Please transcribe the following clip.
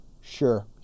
sure